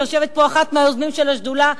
יושבת פה אחת מהיוזמות של השדולה,